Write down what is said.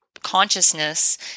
consciousness